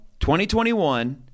2021